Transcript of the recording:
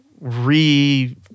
re